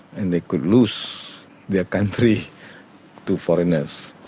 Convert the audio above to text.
and they could lose their country to foreigners.